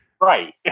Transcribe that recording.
Right